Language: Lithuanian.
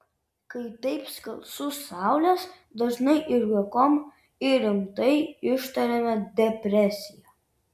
kai taip skalsu saulės dažnai ir juokom ir rimtai ištariame depresija